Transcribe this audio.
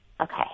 Okay